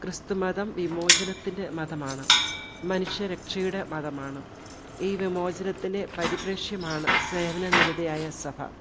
ക്രിസ്തുമതം വിമോചനത്തിൻ്റെ മതമാണ് മനുഷ്യരക്ഷയുടെ മതമാണ് ഈ വിമോചനത്തിൻ്റെ പരിപ്രേഷമാണ് സേവന നിരതയായ സഭ